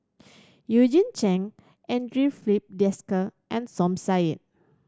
Eugene Chen Andre Filipe Desker and Som Said